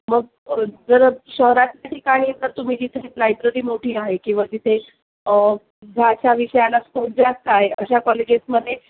मग जर शहरातल्या ठिकाणी जर तुम्ही तिथे लायब्ररी मोठी आहे किंवा तिथे भाषा विषयाला स्कोप जास्त आहे अशा कॉलेजेसमध्ये